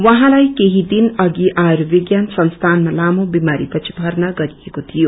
उहाँलाई केष्टी दिन अघि आग्रुविज्ञान संस्थानमा लामो विमारीपछि मर्ना गरिएको शिियो